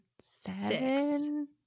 seven